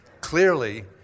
clearly